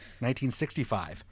1965